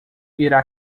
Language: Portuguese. irá